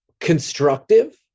constructive